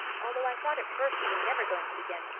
although i thought at first you were never going to begin.